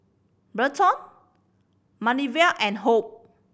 Berton Manervia and Hope